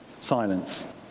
silence